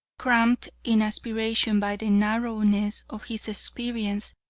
cramped in aspiration by the narrowness of his experience,